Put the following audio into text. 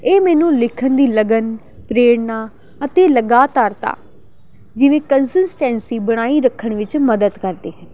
ਇਹ ਮੈਨੂੰ ਲਿਖਣ ਦੀ ਲਗਨ ਪ੍ਰੇਰਨਾ ਅਤੇ ਲਗਾਤਾਰਤਾ ਜਿਵੇਂ ਕੰਸਿਸਟੈਂਸੀ ਬਣਾਈ ਰੱਖਣ ਵਿੱਚ ਮਦਦ ਕਰਦੀ ਹੈ